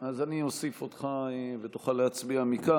אני אוסיף אותך ותוכל להצביע מכאן.